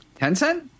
Tencent